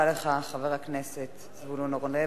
תודה רבה לך, חבר הכנסת זבולון אורלב.